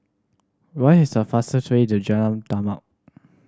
what is the fastest way to Jalan Taman